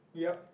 yup